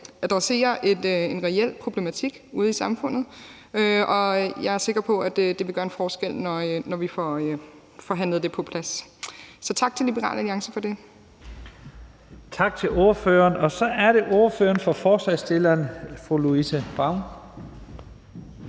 adresserer en reel problematik ude i samfundet, og jeg er sikker på, at det vil gøre en forskel, når vi får forhandlet det på plads. Så tak til Liberal Alliance for det. Kl. 11:17 Første næstformand (Leif Lahn